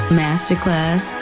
masterclass